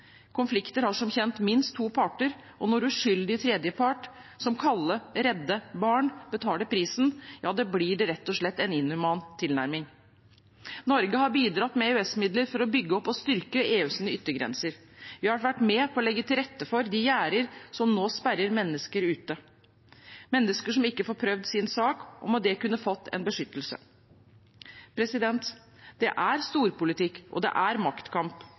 Konflikter har som kjent minst to parter, og når en uskyldig tredjepart, som kalde og redde barn, betaler prisen, blir det rett og slett en inhuman tilnærming. Norge har bidratt med EØS-midler for å bygge opp og styrke EUs yttergrenser. Vi har vært med på å legge til rette for de gjerder som nå sperrer mennesker ute – mennesker som ikke får prøvd sin sak, og som i tilfelle kunne fått en beskyttelse. Det er storpolitikk, og det er maktkamp.